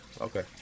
Okay